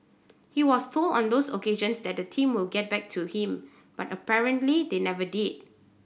he was told on those occasions that the team will get back to him but apparently they never did